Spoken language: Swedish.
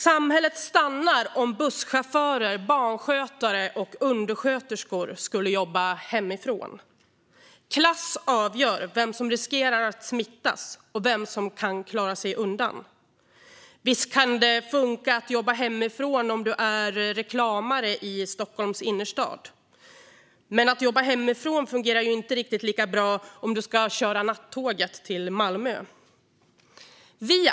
Samhället skulle stanna om busschaufförer, barnskötare och undersköterskor skulle jobba hemifrån. Klass avgör vem som riskerar att smittas och vem som kan klara sig undan. Visst kan det funka att jobba hemifrån om man jobbar som reklamare i Stockholms innerstad, men att jobba hemifrån fungerar inte riktigt lika bra om man ska köra nattåget till Malmö.